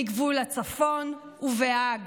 בגבול הצפון ובהאג.